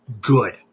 good